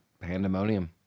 Pandemonium